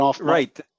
Right